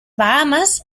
bahames